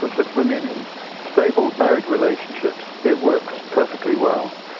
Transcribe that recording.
ah said, women in stable, married relationships it works perfectly well.